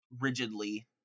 rigidly